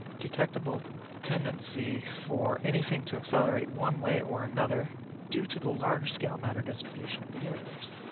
detectable tendency for anything to accelerate one way or another due to the large-scale matter distribution of the universe.